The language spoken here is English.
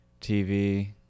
tv